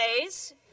days